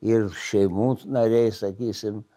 ir šeimų nariai sakysim